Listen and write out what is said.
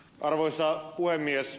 arvoisa puhemies